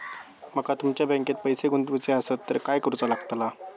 माका तुमच्या बँकेत पैसे गुंतवूचे आसत तर काय कारुचा लगतला?